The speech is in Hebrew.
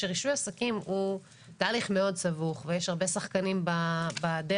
שרישוי עסקים הוא תהליך מאוד סבוך ויש הרבה שחקנים בדרך